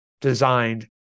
designed